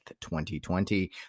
2020